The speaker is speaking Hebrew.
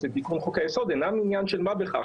לתיקון חוק היסוד אינם עניין של מה בכך.